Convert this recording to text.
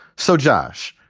so, josh,